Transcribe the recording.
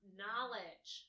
knowledge